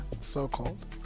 So-called